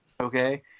okay